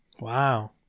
Wow